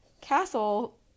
Castle